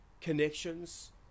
connections